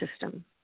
system